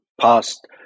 past